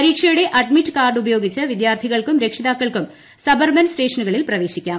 പരീക്ഷയുടെ admit card ഉപയോഗിച്ച് വിദ്യാർത്ഥികൾക്കും രക്ഷിതാക്കൾക്കും സബ്അർബൻ സ്റ്റേഷനുകളിൽ പ്രവേശിക്കാം